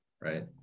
right